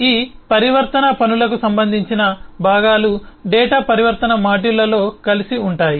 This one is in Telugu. ఈ పరివర్తన పనులకు సంబంధించిన భాగాలు డేటా పరివర్తన మాడ్యూల్లో కలిసి ఉంటాయి